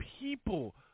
people